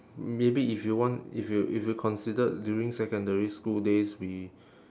maybe if you want if you if you considered during secondary school days we